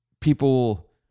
people